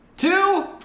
two